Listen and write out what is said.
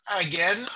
again